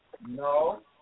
No